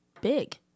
big